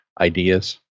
ideas